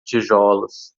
tijolos